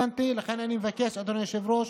לכן אני מבקש, אדוני היושב-ראש,